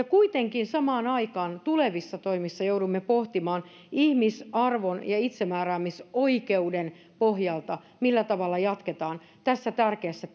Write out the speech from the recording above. kuitenkin samaan aikaan tulevissa toimissa joudumme pohtimaan ihmisarvon ja itsemääräämisoikeuden pohjalta millä tavalla jatketaan tässä tärkeässä